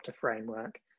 framework